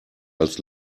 als